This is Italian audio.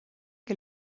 che